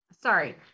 Sorry